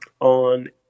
on